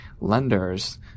lenders